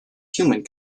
human